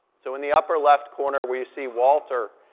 so in the upper left corner, we see walter.